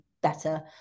better